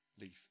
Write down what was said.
leaf